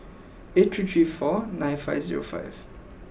eight three three four nine five zero five